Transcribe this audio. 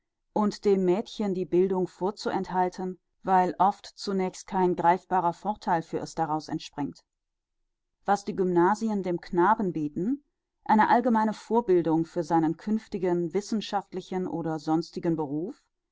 und dem mädchen die bildung vorzuenthalten weil oft zunächst kein greifbarer vortheil für es daraus entspringt was die gymnasien dem knaben bieten eine allgemeine vorbildung für seinen künftigen wissenschaftlichen oder sonstigen beruf